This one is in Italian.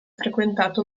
frequentato